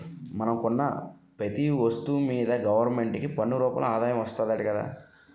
మనం కొన్న పెతీ ఒస్తువు మీదా గవరమెంటుకి పన్ను రూపంలో ఆదాయం వస్తాదట గదా